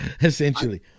essentially